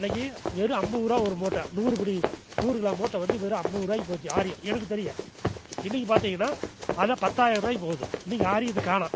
அன்னைக்கு வெறும் அம்பது ரூபா ஒரு மூட்டை நூறு படி நூறு கிராம் மூட்டை வந்து வெறும் அம்பது ரூபாய்க்கி போச்சு ஆரியம் எனக்கு தெரியும் இன்னைக்கு பார்த்திங்கனா அதை பத்தாயர ரூபாய்க்கி போகுது இன்னைக்கு ஆரியத்தை காணோம்